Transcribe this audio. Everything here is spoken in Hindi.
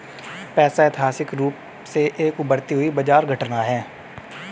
पैसा ऐतिहासिक रूप से एक उभरती हुई बाजार घटना है